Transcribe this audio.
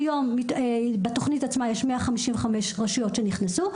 כיום בתוכנית עצמה יש 155 רשויות שנכנסו.